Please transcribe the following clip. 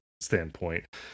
standpoint